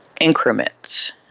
increments